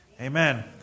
amen